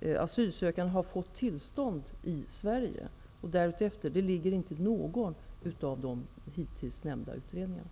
en asylsökande har fått uppehållstillstånd i Sverige och därefter ingår inte i någon av de hittills nämnda utredningarna.